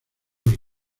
los